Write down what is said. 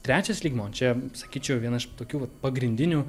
trečias lygmuo čia sakyčiau vienaa iš tokių pagrindinių